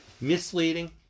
misleading